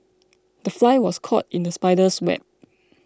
the fly was caught in the spider's web